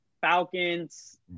Falcons